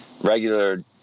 regular